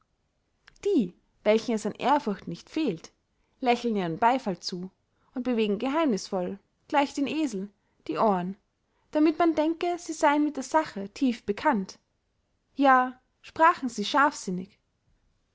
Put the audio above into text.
die welchen es an ehrfurcht nicht fehlt lächeln ihren beyfall zu und bewegen geheimnißvoll gleich den esel die ohren damit man denke sie seyen mit der sache tief bekannt ja sprachen sie